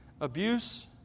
Abuse